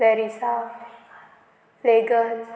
फॅरिसा फ्लॅगन